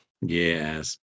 Yes